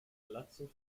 palazzo